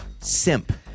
simp